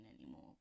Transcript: anymore